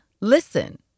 listen